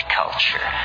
culture